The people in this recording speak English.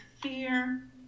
fear